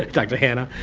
like dr. hanna.